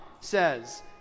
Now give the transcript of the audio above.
says